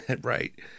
Right